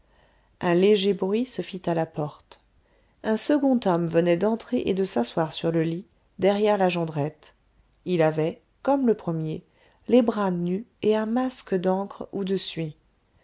un léger bruit se fit à la porte un second homme venait d'entrer et de s'asseoir sur le lit derrière la jondrette il avait comme le premier les bras nus et un masque d'encre